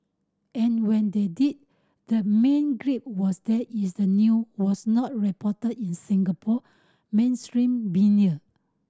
and when they did the main gripe was that is the new was not reported in Singapore mainstream media